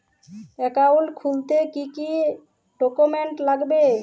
Account খুলতে কি কি ডকুমেন্ট লাগবে?